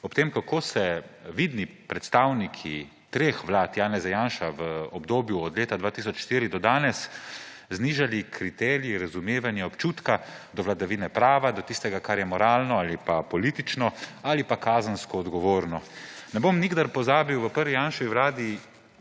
ob tem, kako so vidni predstavniki treh vlad Janeza Janše v obdobju od leta 2004 do danes znižali kriterije razumevanja, občutka za vladavino prava, za tisto, kar je moralno ali pa politično ali kazensko odgovorno. Nikdar ne bom pozabil, v prvi Janševi vladi